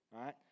Right